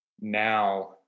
now